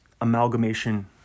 amalgamation